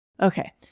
Okay